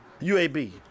UAB